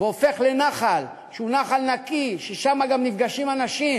הופך לנחל נקי, ששם גם נפגשים אנשים,